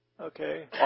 Okay